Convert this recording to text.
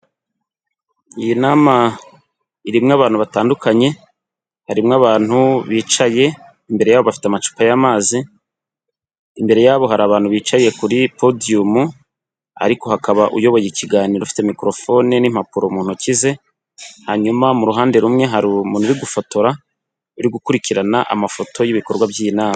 Iyi nama irimo abantu batandukanye, harimo abantu bicaye imbere yabo bafite amacupa y'amazi, imbere yabo hari abantu bicaye kuri podiyumu ariko hakaba uyoboye ikiganiro ufite mikorofone n'impapuro mu ntoki ze hanyuma mu ruhande rumwe hari umuntu uri gufotora uri gukurikirana amafoto y'ibikorwa by'inama.